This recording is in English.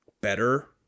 better